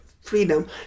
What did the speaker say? freedom